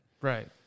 Right